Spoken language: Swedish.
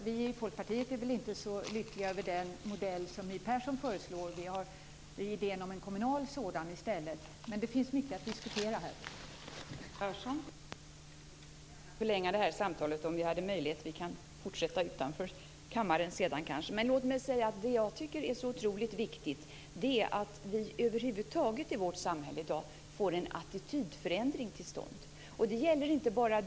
Vi i Folkpartiet är ju inte så lyckliga över den modell för äldreombudsman som My Persson föreslår. Vi har en idé om en kommunal sådan i stället.